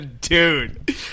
dude